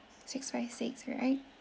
six five six alright